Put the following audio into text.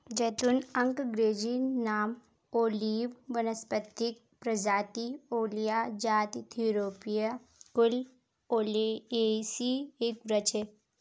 ज़ैतून अँग्रेजी नाम ओलिव वानस्पतिक प्रजाति ओलिया जाति थूरोपिया कुल ओलियेसी एक वृक्ष है